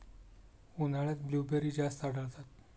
उन्हाळ्यात ब्लूबेरी जास्त आढळतात